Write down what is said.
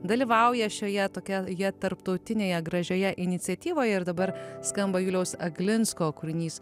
dalyvauja šioje tokioje tarptautinėje gražioje iniciatyvoje ir dabar skamba juliaus aglinsko kūrinys